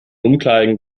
umkleiden